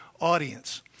audience